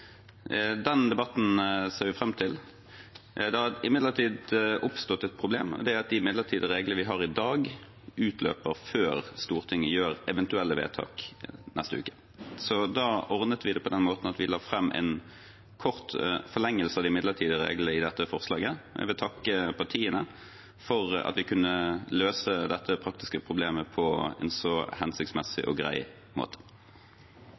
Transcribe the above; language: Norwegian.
debatten ser vi fram til. Det har imidlertid oppstått et problem. Det er at de midlertidige reglene vi har i dag, utløper før Stortinget gjør eventuelle vedtak neste uke. Da ordnet vi det på den måten at vi la fram en kort forlengelse av de midlertidige reglene i dette forslaget. Jeg vil takke partiene for at vi kunne løse dette praktiske problemet på en så hensiktsmessig og grei måte.